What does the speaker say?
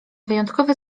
wyjątkowe